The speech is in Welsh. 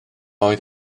oedd